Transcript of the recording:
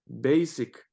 basic